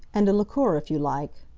and a liqueur, if you like.